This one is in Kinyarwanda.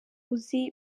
uzi